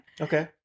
okay